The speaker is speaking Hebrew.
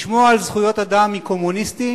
לשמוע על זכויות אדם מקומוניסטים,